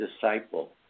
disciple